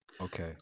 Okay